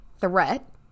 threat